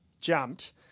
jumped